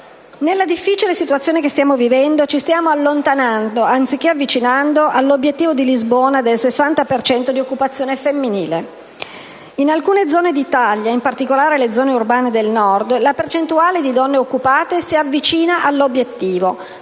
Nella difficile situazione che stiamo vivendo, anziché avvicinarci ci stiamo allontanando dall'Obiettivo di Lisbona del 60 per cento di occupazione femminile. In alcune zone d'Italia, in particolare le zone urbane del Nord, la percentuale di donne occupate si avvicina all'obiettivo,